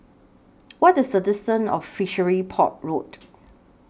What IS The distance of Fishery Port Road